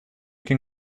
can